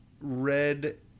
red